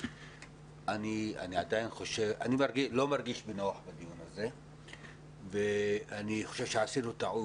אני לא מרגיש נוח בדיון הזה ואני חושב שעשינו טעות.